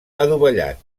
adovellat